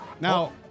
Now